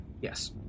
Yes